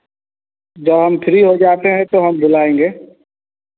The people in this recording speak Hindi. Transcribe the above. जब हम फ्री हो जाते हैं तो हम बुलाएँगे